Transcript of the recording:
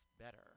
Better